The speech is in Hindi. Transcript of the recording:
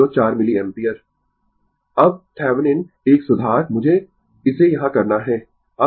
Refer Slide Time 2054 अब थैवनिन एक सुधार मुझे इसे यहाँ करना है